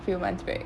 few months back